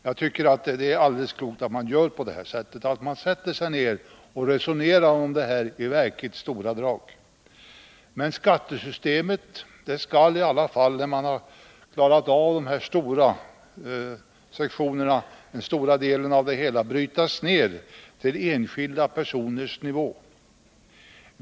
Jag tycker det är mycket klokt att sätta sig ned och resonera om det här spörsmålet i verkligt stora drag. Men skattesystemet måste i alla fall, när man har klarat upp de här stora sektionerna, den stora delen av det hela, brytas ned till enskilda personers nivå.